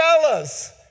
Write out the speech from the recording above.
fellas